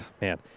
man